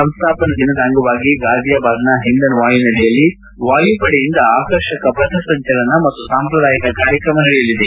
ಸಂಸ್ಥಾಪನಾ ದಿನದ ಅಂಗವಾಗಿ ಗಾಜೀಯಾಬಾದ್ನ ಹಿಂದನ್ ವಾಯುನೆಲೆಯಲ್ಲಿ ವಾಯುಪಡೆಯಿಂದ ಆಕರ್ಷಕ ಪಥ ಸಂಚಲನ ಮತ್ತು ಸಾಂಪ್ರದಾಯಿಕ ಕಾರ್ಯಕ್ರಮ ನಡೆಯಲಿದೆ